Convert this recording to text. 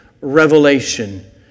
revelation